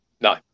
No